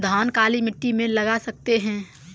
धान काली मिट्टी में लगा सकते हैं?